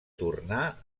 tornar